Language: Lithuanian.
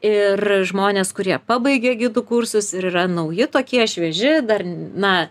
ir žmonės kurie pabaigė gidų kursus ir yra nauji tokie švieži dar na